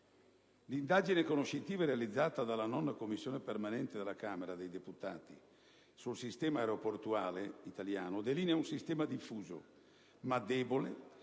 L'indagine conoscitiva realizzata dalla IX Commissione permanente della Camera dei deputati sul sistema aeroportuale italiano delinea un sistema diffuso, ma debole